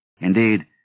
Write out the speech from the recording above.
Indeed